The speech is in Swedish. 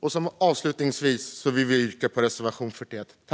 Som avslutning vill jag yrka bifall till reservation 41.